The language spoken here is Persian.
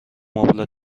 مبلت